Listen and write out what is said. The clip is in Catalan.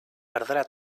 perdrà